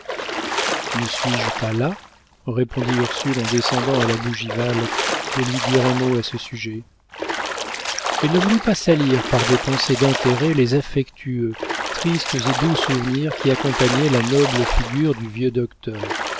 ne suis-je pas là répondit ursule en défendant à la bougival de lui dire un mot à ce sujet elle ne voulut pas salir par des pensées d'intérêt les affectueux tristes et doux souvenirs qui accompagnaient la noble figure du vieux docteur